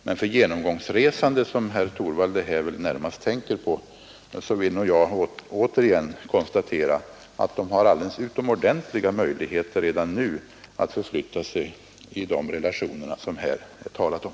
Men för genomgångstrafiken — och det är väl närmast sådana resande som herr Torwald tänker på — vill jag åter konstatera att vi redan nu har alldeles utomordentliga möjligheter att resa med de andra kommunikationsleder som jag här har talat om.